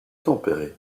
tempéré